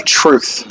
truth